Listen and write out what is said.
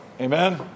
Amen